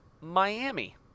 miami